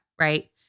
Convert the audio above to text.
Right